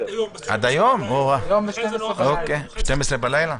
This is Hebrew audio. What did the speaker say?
עד היום ב-12:00 בלילה.